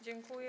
Dziękuję.